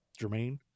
Jermaine